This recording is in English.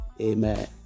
Amen